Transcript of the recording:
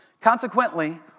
Consequently